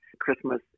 Christmas